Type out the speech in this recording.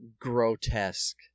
grotesque